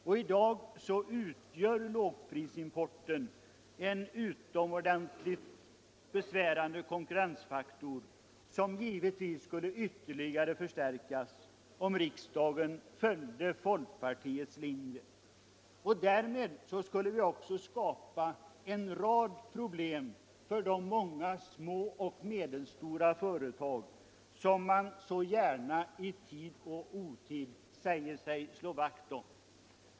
Och i dag utgör lågprisimporten en utomordentligt besvärande konkurrensfaktor som givetvis skulle ytterligare förstärkas om riksdagen följde folkpartiets linje Därmed skulle det också uppstå en rad problem för de många små och medelstora företag som man så gärna i tid och otid säger sig slå vakt om.